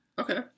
Okay